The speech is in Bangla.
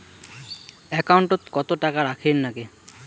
একাউন্টত কত টাকা রাখীর নাগে?